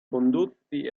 condotti